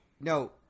no